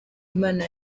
imana